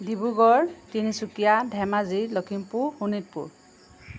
Dibrugarh Tinsukia Dhemaji Lakhimpur Sonitpur